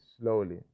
slowly